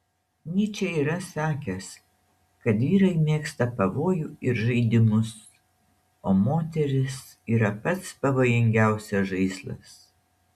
nyčė yra sakęs kad vyrai mėgsta pavojų ir žaidimus o moterys yra pats pavojingiausias žaislas